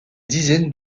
dizaines